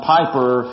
Piper